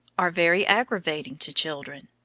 are very aggravating to children.